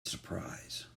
surprise